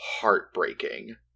Heartbreaking